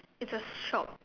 it's a shop